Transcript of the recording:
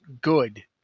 good